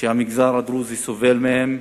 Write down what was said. שהמגזר הדרוזי סובל מהן,